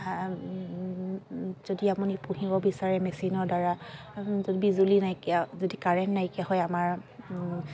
যদি আপুনি পুহিব বিচাৰে মেচিনৰ দ্বাৰা যদি বিজুলী নাইকিয়া যদি কাৰেণ্ট নাইকিয়া হয় আমাৰ